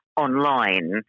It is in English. online